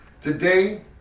Today